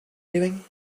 doing